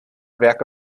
werke